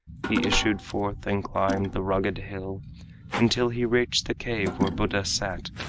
he issued forth and climbed the rugged hill until he reached the cave where buddha sat,